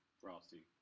Frosty